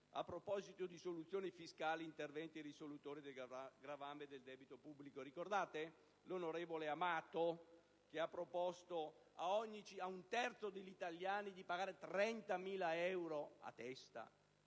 a proposito di soluzioni fiscali e interventi risolutori del gravame del debito pubblico. Ricordate l'onorevole Amato, che ha proposto a un terzo degli italiani di pagare 30.000 euro a testa